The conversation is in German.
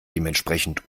dementsprechend